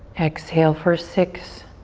exhale for six,